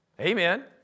Amen